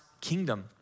kingdom